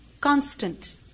Constant